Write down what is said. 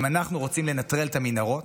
אם אנחנו רוצים לנטרל את המנהרות,